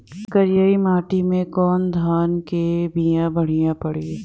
करियाई माटी मे कवन धान के बिया बढ़ियां पड़ी?